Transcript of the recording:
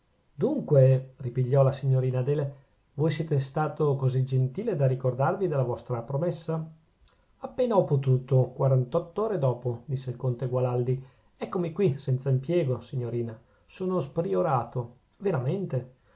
dunque ripigliò la signorina adele voi siete stato così gentile da ricordarvi della vostra promessa appena ho potuto quarantott'ore dopo disse il conte gualandi eccomi qui senza impiego signorina sono spriorato veramente